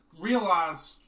realized